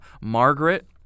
Margaret